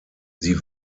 sie